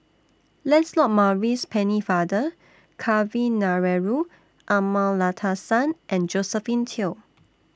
Lancelot Maurice Pennefather Kavignareru Amallathasan and Josephine Teo